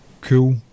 cool